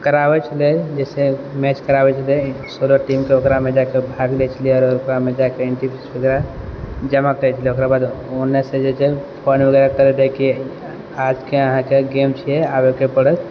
कराबय छलै जैसे मैच कराबय छलै टीमके ओकरामे जाके भाग लै छलियै आओर ओकरामे जाके एन्ट्री फीस वगैरह जमा करि देलियै ओकराबाद ओन्नेसँ जे छै फोन वगैरह करैत रहय कि आजके अहाँके गेम छियै आबयके पड़त